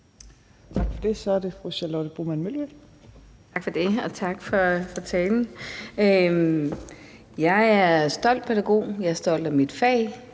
Mølbæk. Kl. 18:56 Charlotte Broman Mølbæk (SF): Tak for det, og tak for talen. Jeg er stolt pædagog. Jeg er stolt af mit fag.